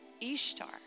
Ishtar